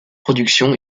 production